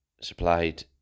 supplied